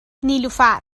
نیلوفرمن